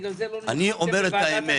אני אומר את האמת.